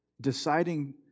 deciding